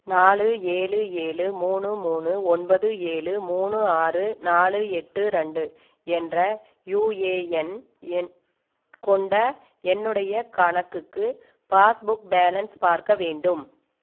நாலு ஏழு ஏழு மூணு மூணு ஒன்பது ஏழு மூணு ஆறு நாலு எட்டு ரெண்டு என்ற யுஏஎன் எண் கொண்ட என்னுடைய கணக்குக்கு பாஸ் புக் பேலன்ஸ் பார்க்க வேண்டும்